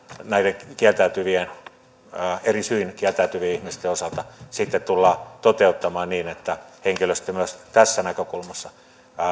näiden eri syin kieltäytyvien ihmisten osalta sitten tullaan toteuttamaan niin että henkilöstö myös tässä näkökulmassa